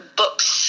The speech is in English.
books